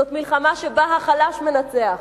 זאת מלחמה שבה החלש מנצח.